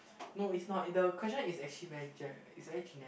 no it's not the the question is actually very jap it's very generic